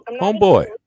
homeboy